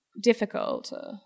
difficult